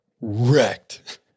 wrecked